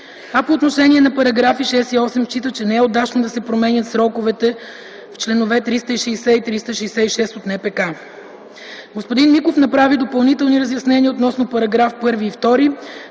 а по отношение на § 6 и § 8 счита, че не е удачно да се променят сроковете в чл. 360 и 366 от НПК. Господин Миков направи допълнителни разяснения относно § 1 и §